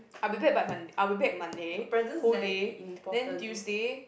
I be back by Mon I'll back Monday whole day then Tuesday